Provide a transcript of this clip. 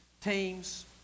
teams